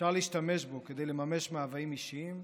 אפשר להשתמש בו כדי לממש מאוויים אישיים,